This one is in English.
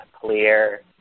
clear